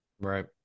Right